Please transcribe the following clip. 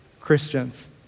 Christians